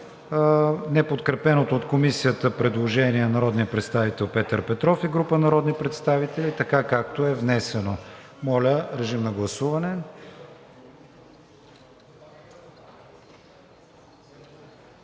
неподкрепеното от Комисията предложение на народния представител Петър Петров и група народни представители така, както е внесено. Гласували